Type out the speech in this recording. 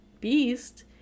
beast